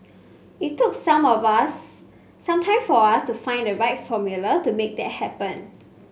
it took some of us some time for us to find the right formula to make that happen